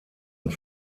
und